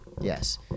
Yes